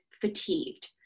fatigued